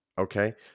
Okay